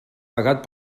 pagat